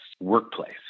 workplace